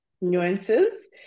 nuances